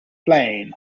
plain